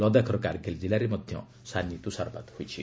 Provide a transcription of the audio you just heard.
ଲଦାଖର କାର୍ଗିଲ୍ ଜିଲ୍ଲାରେ ମଧ୍ୟ ସାନି ତୂଷାରପାତ ହୋଇଛି